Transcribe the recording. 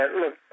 look